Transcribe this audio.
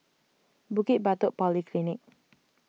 Bukit Batok Polyclinic